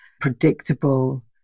predictable